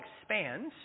expands